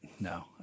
No